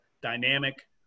dynamic